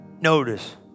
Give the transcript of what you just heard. notice